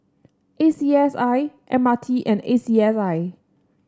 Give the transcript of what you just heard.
A C S I M R T and A C S I